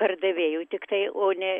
pardavėjų tiktai o ne